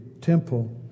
temple